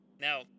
Now